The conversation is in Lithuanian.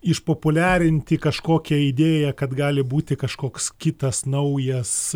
išpopuliarinti kažkokią idėją kad gali būti kažkoks kitas naujas